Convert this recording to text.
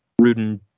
Rudin